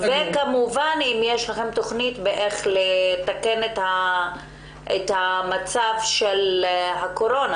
וכמובן אם יש לכם תוכנית איך לתקן את המצב שנגרם בשל הקורונה.